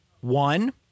One